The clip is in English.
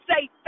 say